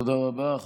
תודה רבה.